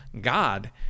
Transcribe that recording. God